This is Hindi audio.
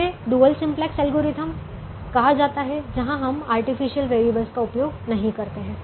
इसे डुअल सिम्पलेक्स एल्गोरिथ्म कहा जाता है जहां हम आर्टिफिशियल वेरिएबल का उपयोग नहीं करते हैं